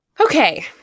Okay